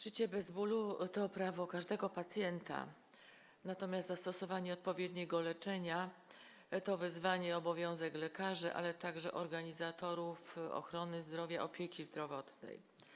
Życie bez bólu to prawo każdego pacjenta, natomiast zastosowanie odpowiedniego leczenia to wyzwanie i obowiązek lekarzy, ale także organizatorów systemu ochrony zdrowia, opieki zdrowotnej.